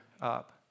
up